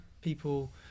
people